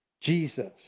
Jesus